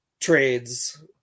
Trades